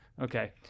Okay